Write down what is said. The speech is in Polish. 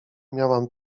miałam